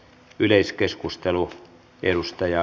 arvoisa puheenjohtaja